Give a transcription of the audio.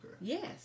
Yes